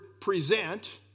present